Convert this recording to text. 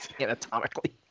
Anatomically